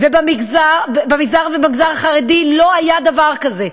ובמגזר החרדי, לא היה דבר כזה.